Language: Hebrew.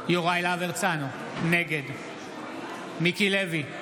יוראי להב הרצנו, נגד מיקי לוי,